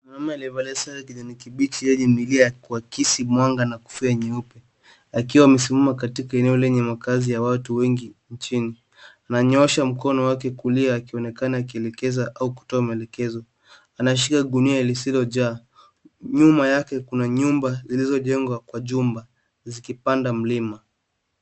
Mwanaume aliyevalia sare ya kijani kibichi yenye milia ya kuakisi mwanga na kofia nyeupe akiwa amesimama katika eneo lenye makazi ya watu wengi nchini. Ananyoosha mkono wake kulia akionekana akielekeza au kutoa maelekezo. Anashika gunia lisilojaa . Nyuma yake kuna nyumba zilizojengwa kwa jumba zikipanda mlima.